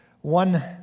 One